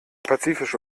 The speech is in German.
pazifische